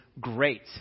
great